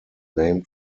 named